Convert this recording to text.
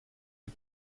die